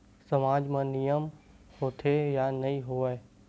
सामाज मा नियम होथे या नहीं हो वाए?